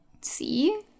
see